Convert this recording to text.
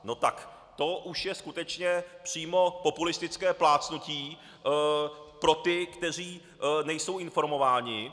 No tak to už je skutečně přímo populistické plácnutí pro ty, kteří nejsou informováni.